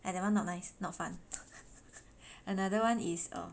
!aiya! that one not nice not fun another one is err